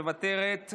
מוותרת,